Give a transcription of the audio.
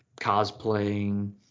cosplaying